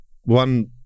one